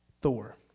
Thor